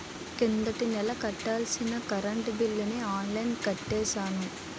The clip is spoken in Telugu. కిందటి నెల కట్టాల్సిన కరెంట్ బిల్లుని ఆన్లైన్లో కట్టేశాను